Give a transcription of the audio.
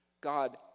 God